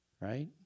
right